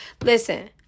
Listen